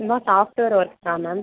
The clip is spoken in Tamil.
சும்மா சாஃப்ட்வேர் ஒர்க் தான் மேம்